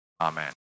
Amen